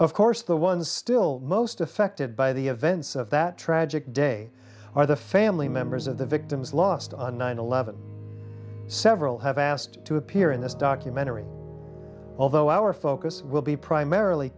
of course the ones still most affected by the events of that tragic day are the family members of the victims lost on nine eleven several have asked to appear in this documentary although our focus will be primarily